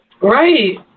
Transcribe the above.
Right